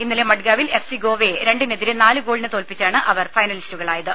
ഇന്നലെ മഡ്ഗാവിൽ എഫ് സി ഗോവയെ രണ്ടിനെതിരെ നാല് ഗോളിന് തോൽപ്പിച്ചാണ് അവർ ഫൈനലിസ്റ്റുകളായത്